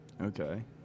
Okay